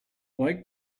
like